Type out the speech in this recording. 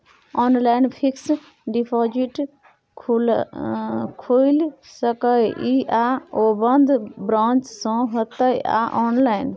Online fixed deposit खुईल सके इ आ ओ बन्द ब्रांच स होतै या ऑनलाइन?